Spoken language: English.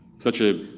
such a